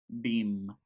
beam